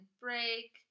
break